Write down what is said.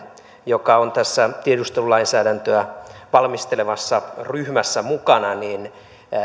joka on tässä tiedustelulainsäädäntöä valmistelevassa ryhmässä mukana